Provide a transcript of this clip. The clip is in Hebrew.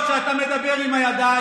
לא, מפריע לו שאתה מדבר עם הידיים.